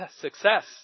success